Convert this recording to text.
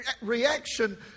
reaction